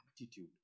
attitude